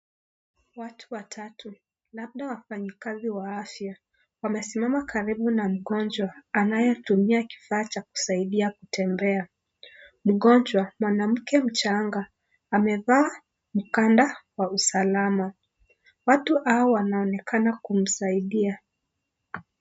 Watu watatu, labda wafanyikazi wa afya. Wamesimama karibu na mgonjwa anayetumia kifaa cha kusaidia kutembea. Mgonjwa mwanamke mchanga amevaa mkanda wa usalama, watu hawa wanaonekana kumsaidia.